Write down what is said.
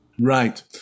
Right